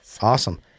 Awesome